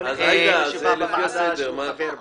חלק מאתנו יוצאים בשעה 10:00 לישיבות נוספות שמתקיימות בבניין.